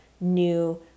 new